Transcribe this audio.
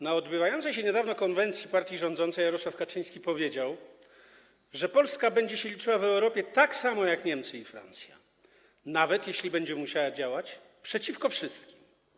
Na odbywającej się niedawno konwencji partii rządzącej Jarosław Kaczyński powiedział, że Polska będzie się liczyła w Europie tak samo jak Niemcy i Francja, nawet jeśli będzie musiała działać przeciwko wszystkim.